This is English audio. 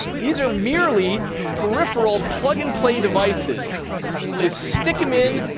these are merely peripheral plug-and-play devices you stick them in,